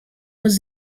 was